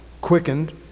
quickened